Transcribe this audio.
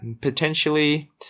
potentially